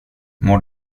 mår